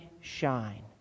shine